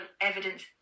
evidence